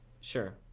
sure